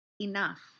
enough